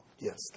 Yes